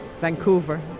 Vancouver